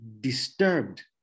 disturbed